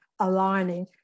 aligning